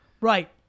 Right